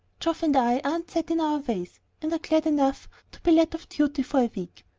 geoff and i aren't set in our ways, and are glad enough to be let off duty for a week.